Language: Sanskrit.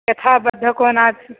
यथा बद्धकोणा